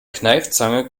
kneifzange